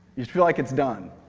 you should feel like it's done.